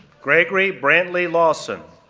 gregory brantley lawson,